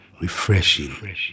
Refreshing